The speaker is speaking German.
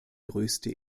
größte